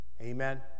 Amen